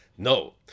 No